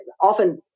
often